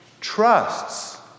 Trusts